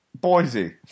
Boise